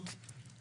חושב